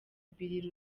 bill